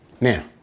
Now